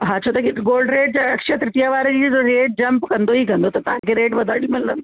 हा छो त कि गोल्ड रेट अक्षय तृतीया वारे ॾींहं जा रेट जम्प कंदो ई कंदो तव्हां खे रेट वधाए मिलंदो